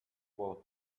both